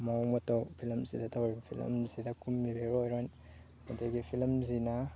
ꯃꯋꯣꯡ ꯃꯇꯧ ꯐꯤꯂꯝꯁꯤꯗ ꯇꯧꯔꯤꯕ ꯐꯤꯂꯝꯁꯤꯗ ꯀꯨꯝꯃꯤꯕ ꯍꯦꯔꯣ ꯍꯦꯔꯣꯏꯟ ꯑꯗꯒꯤ ꯐꯤꯂꯝꯁꯤꯅ